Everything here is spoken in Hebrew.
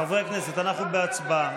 חברי הכנסת, אנחנו בהצבעה.